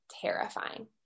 terrifying